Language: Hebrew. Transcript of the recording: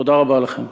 תודה רבה לכם.